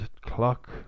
clock